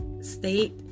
state